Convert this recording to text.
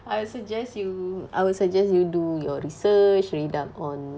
I'll suggest you I will suggest you do your research read up on